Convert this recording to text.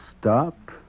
stop